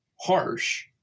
harsh